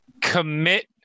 commit